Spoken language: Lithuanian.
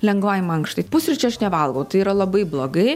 lengvai mankštai pusryčių aš nevalgau tai yra labai blogai